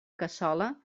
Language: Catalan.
cassola